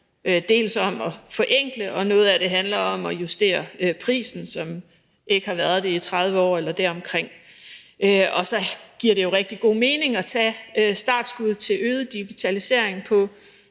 jo om at forenkle, og noget af det handler om at justere prisen, som ikke har været det i 30 år eller deromkring. Og så giver det jo rigtig god mening at tage startskuddet til øget digitalisering på